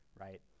right